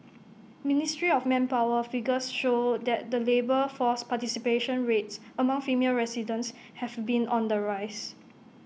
ministry of manpower figures show that the labour force participation rates among female residents have been on the rise